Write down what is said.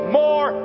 more